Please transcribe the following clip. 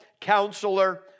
Counselor